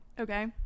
okay